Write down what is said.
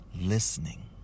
listening